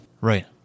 Right